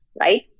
right